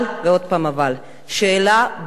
השאלה,